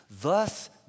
Thus